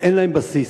ואין להם בסיס.